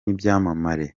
ibyamamare